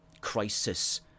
crisis